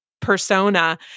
persona